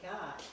God